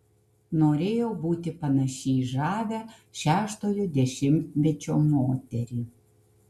norėjau būti panaši į žavią šeštojo dešimtmečio moterį